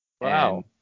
Wow